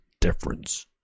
difference